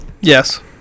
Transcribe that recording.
Yes